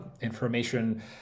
information